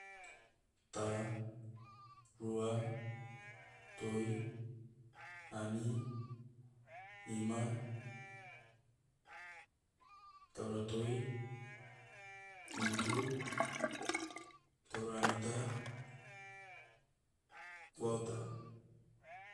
Ta. Rua. Toi. Hani. Ima. Taura toi. Hitu. Taurahani ta. Gwauta.